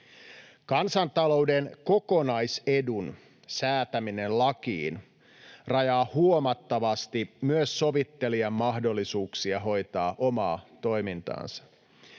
Kansantalouden kokonaisedun säätäminen lakiin rajaa myös huomattavasti sovittelijan mahdollisuuksia hoitaa omaa toimintaansa.